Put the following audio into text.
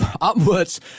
upwards